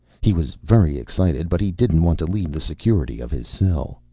he was very excited, but he didn't want to leave the security of his cell.